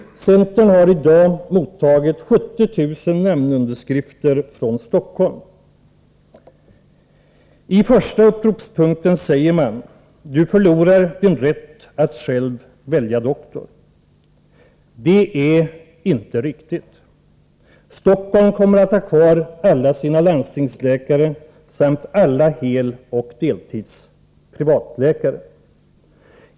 Centern har i dag mottagit 70 000 namnunderskrifter från Stockholm. I första uppropspunkten säger man: Du förlorar din rätt att själv välja doktor. Det är inte riktigt. Stockholm kommer att ha kvar alla sina landstingsläkare samt alla heloch deltidsprivatläkare.